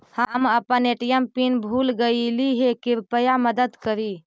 हम अपन ATM pin भूल गईली हे, कृपया मदद करी